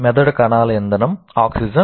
మెదడు కణాల ఇంధనం ఆక్సిజన్